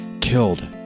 killed